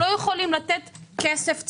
פטור ממס הוא כסף ציבורי.